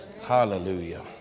hallelujah